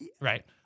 Right